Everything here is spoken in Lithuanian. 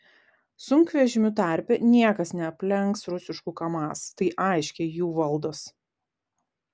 sunkvežimių tarpe niekas neaplenks rusiškų kamaz tai aiškiai jų valdos